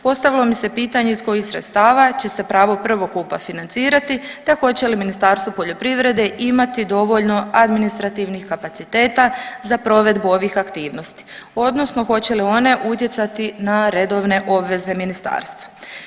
Postavilo mi se pitanje iz kojih sredstava će se pravo prvokupa financirati, te hoće li Ministarstvo poljoprivrede imati dovoljno administrativnih kapaciteta za provedbu ovih aktivnosti odnosno hoće li one utjecati na redovne obveze ministarstva.